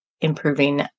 improving